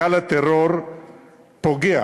גל הטרור פוגע